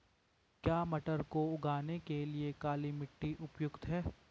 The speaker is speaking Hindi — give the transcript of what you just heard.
क्या मटर को उगाने के लिए काली मिट्टी उपयुक्त है?